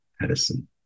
medicine